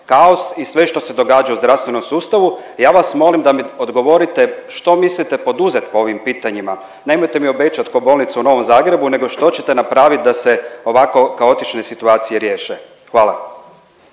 kaos i sve što se događa u zdravstvenom sustavu, ja vas molim da mi odgovorite što mislite poduzet po ovim pitanjima, nemojte mi obećat ko Bolnicu u Novom Zagrebu nego što ćete napravit da se ovako kaotične situacije riješe? Hvala.